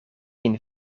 een